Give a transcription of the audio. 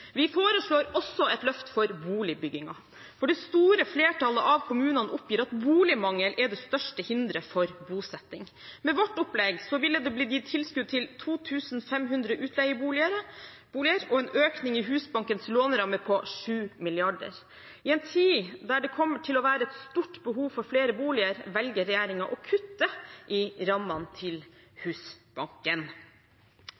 Vi foreslår også et løft for boligbyggingen, for det store flertallet av kommunene oppgir at boligmangel er det største hinderet for bosetting. Med vårt opplegg ville det blitt gitt tilskudd til 2 500 utleieboliger og en økning i Husbankens låneramme på 7 mrd. kr. I en tid der det kommer til å være et stort behov for flere boliger, velger regjeringen å kutte i rammene til Husbanken.